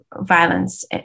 violence